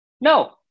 No